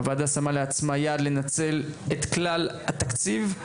הוועדה שמה לעצמה יעד לנצל את כלל התקציב,